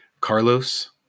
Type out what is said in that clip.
Carlos